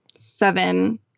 seven